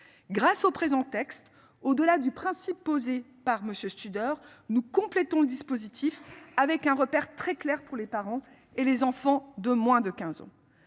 Grâce au présent texte au-delà du principe posé par Monsieur Studer nous complétons le dispositif avec un repère très clair pour les parents et les enfants de moins de 15 ans